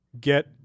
get